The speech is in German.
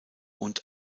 und